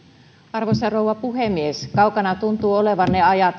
arvoisa rouva puhemies kaukana tuntuvat olevan ne ajat